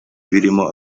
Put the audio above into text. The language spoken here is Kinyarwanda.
birimo